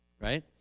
right